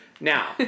Now